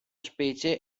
specie